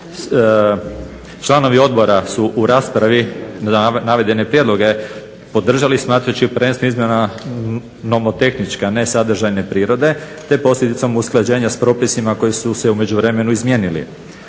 Članovi odbora su u raspravi navedene prijedloge podržali smatrajući prvenstveno izmjene nomotehničke, a ne sadržajne prirode te posljedicom usklađenja s propisima koji su se u međuvremenu izmijenili.